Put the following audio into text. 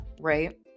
right